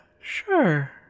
sure